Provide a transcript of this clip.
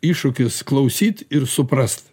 iššūkis klausyt ir suprast